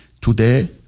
today